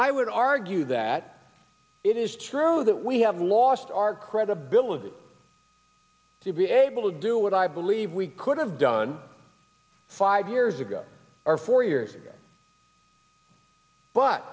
i would argue that it is true that we have lost our credibility to be able to do what i believe we could have done five years ago or four years ago but